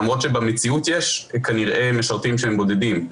למרות שבמציאות יש כנראה משרתים שהם בודדים.